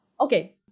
Okay